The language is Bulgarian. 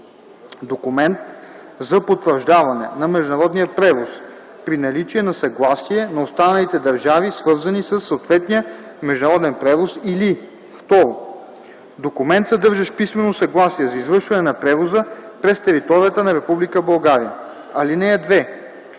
документ за потвърждаване на международния превоз – при наличие на съгласие на останалите държави, свързани със съответния международен превоз, или 2. документ, съдържащ писмено съгласие за извършване на превоза през територията на Република